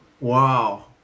Wow